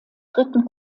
dritten